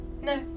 No